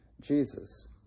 jesus